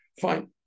Fine